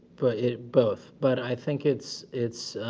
but it's both, but i think it's it's